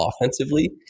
offensively